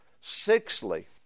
Sixthly